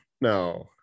no